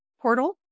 portal